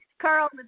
Carl